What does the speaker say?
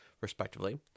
respectively